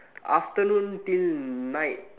afternoon till night